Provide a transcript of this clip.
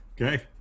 Okay